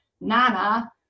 Nana